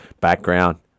background